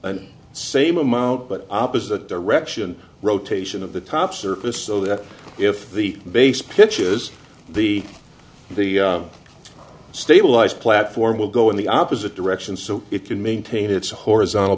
an same amount but opposite direction rotation of the top surface so that if the base pitches the the stabilized platform will go in the opposite direction so it can maintain its horizontal